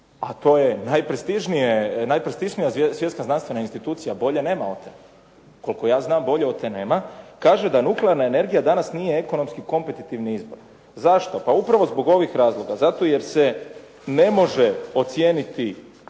a to je najprestižnija Svjetska znanstvena institucija, bolje nema od te. Koliko ja znam bolje od te nema. Kaže da nuklearna energija danas nije ekonomski kompetitivni izvor. Zašto? Pa upravo zbog ovih razloga. Zato jer se ne može ocijeniti